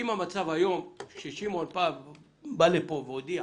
שמעון בא לפה והודיע